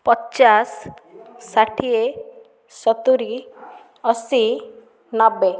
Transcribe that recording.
ପଚାଶ ଷାଠିଏ ସତୁରି ଅଶି ନବେ